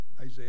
isaiah